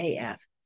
AF